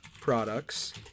products